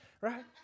right